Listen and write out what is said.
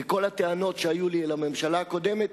וכל הטענות שהיו לי לממשלה הקודמת